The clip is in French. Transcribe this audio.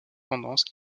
tendances